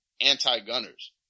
anti-gunners